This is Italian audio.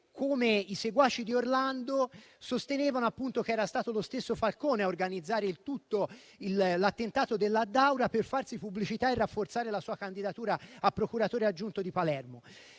che i seguaci di Orlando avevano sostenuto nel 1989 che fosse stato lo stesso Falcone a organizzare l'attentato dell'Addaura per farsi pubblicità e rafforzare la sua candidatura a procuratore aggiunto di Palermo.